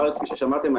אבל כפי ששמעתם,